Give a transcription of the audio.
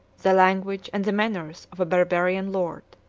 the language, and manners, of a barbarian lord.